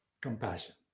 compassion